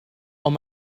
ond